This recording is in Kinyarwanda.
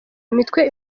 imitwe